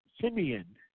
Simeon